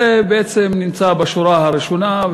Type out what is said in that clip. זה בעצם נמצא בשורה הראשונה,